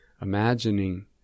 imagining